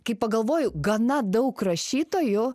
kai pagalvoju gana daug rašytojų